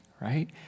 right